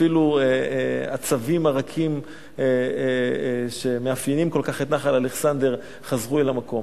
אפילו הצבים הרכים שמאפיינים כל כך את נחל אלכסנדר חזרו אל המקום,